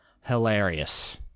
hilarious